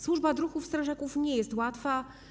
Służba druhów strażaków nie jest łatwa.